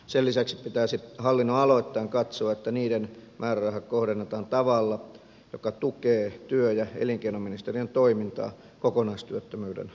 sen lisäksi pitäisi hallinnonaloittain katsoa että niiden määrärahat kohdennetaan tavalla joka tukee työ ja elinkeinoministeriön toimintaa kokonaistyöttömyyden alentamiseksi